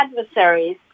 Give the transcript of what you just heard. adversaries